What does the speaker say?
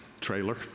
trailer